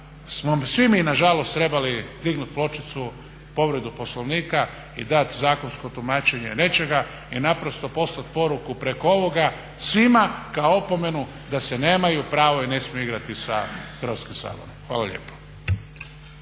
svi mi nažalost trebali dignut pločicu povredu Poslovnika i dat zakonsko tumačenje nečega i naprosto poslat poruku preko ovoga svima kao opomenu da se nemaju pravo i ne smiju igrati sa Hrvatskim saborom. Hvala lijepo.